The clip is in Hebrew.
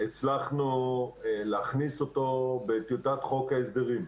הצלחנו להכניס אותו בטיוטת חוק הסדרים.